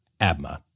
ABMA